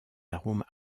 arômes